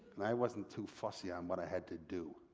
and i wasn't too fussy on what i had to do